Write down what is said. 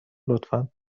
لطفا